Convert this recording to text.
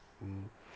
mmhmm